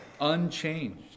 unchanged